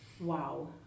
wow